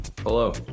Hello